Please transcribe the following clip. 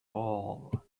all